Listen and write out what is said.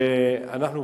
ואנחנו,